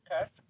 okay